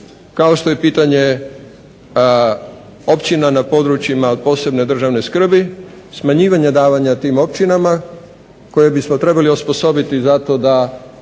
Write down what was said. kao što je pitanje općina na područjima od posebne državne skrbi, smanjivanja davanja tim općinama koje bismo trebali osposobiti zato da